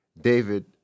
David